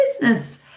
business